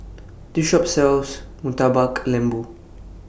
This Shop sells Murtabak Lembu